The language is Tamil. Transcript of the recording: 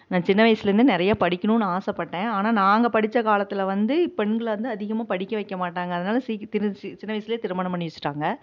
நான் சின்ன வயசுலேருந்தே நிறைய படிக்கணும்னு ஆசைப்பட்டேன் ஆனால் நாங்கள் படித்த காலத்தில் வந்து பெண்களை வந்து அதிகமாக படிக்க வைக்க மாட்டாங்க அதனால சின்ன வயசுலே திருமணம் பண்ணி வெச்சுட்டாங்க